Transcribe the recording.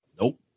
Nope